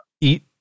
eat